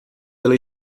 pela